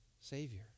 Savior